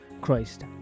Christ